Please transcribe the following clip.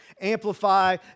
amplify